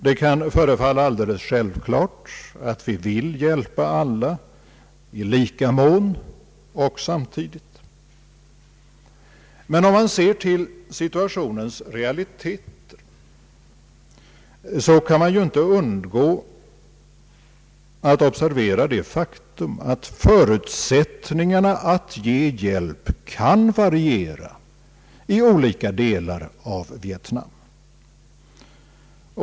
Det kan också förefalla alldeles självklart att vi vill hjälpa alla i lika stor utsträckning och samtidigt. Men om man ser på den reella situationen kan man inte undgå att observera det faktum att förutsättningarna att lämna hjälp kan variera i olika delar av Vietnam.